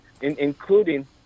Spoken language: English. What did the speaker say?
including